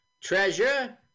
treasure